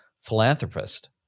philanthropist